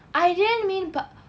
I didn't mean pub~